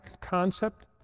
concept